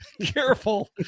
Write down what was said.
careful